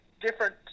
different